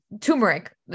turmeric